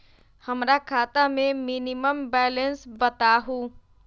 हमरा खाता में मिनिमम बैलेंस बताहु?